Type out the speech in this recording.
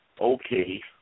okay